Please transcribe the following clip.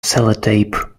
sellotape